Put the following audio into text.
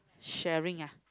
sharing ah